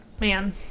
Man